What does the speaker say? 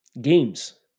games